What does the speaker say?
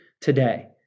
today